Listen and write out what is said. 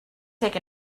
take